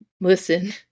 listen